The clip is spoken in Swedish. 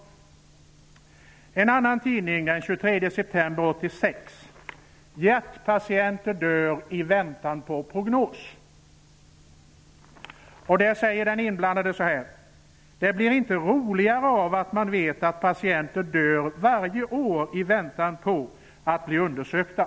I en annan tidning från den 23 september 1986 står det: Hjärtpatienter dör i väntan på prognos. Den som intervjuas säger där: Det blir inte roligare av att man vet att patienter dör varje år i väntan på att bli undersökta.